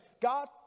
God